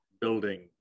building